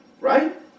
right